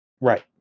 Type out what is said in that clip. Right